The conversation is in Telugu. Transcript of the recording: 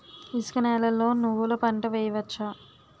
ఇసుక నేలలో నువ్వుల పంట వేయవచ్చా?